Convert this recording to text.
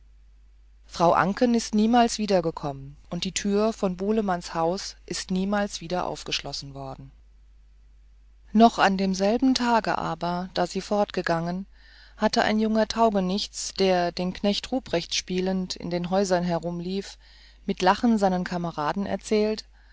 frau anken ist niemals wiedergekommen und die tür von bulemanns haus ist niemals wieder aufgeschlossen worden noch an demselben tag aber da sie fortgegangen hat ein junger taugenichts der den knecht ruprecht spielend in den häusern umherlief mit lachen seinen kameraden erzählt